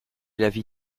l’avis